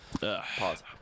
Pause